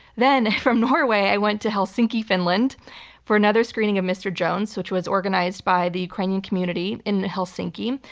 then from norway i went to helsinki, finland for another screening of mr. jones, which was organized by the ukrainian community in helsinki,